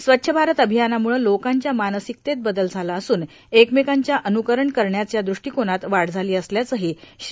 स्वच्छ भारत अभियानामुळं लोकांच्या मानसिकतेत बदल झाला असून एकमेकांच्या अनुकरण करण्याच्या दूष्टीकोनात वाढ झाली असल्याचंही श्री